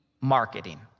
marketing